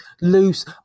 loose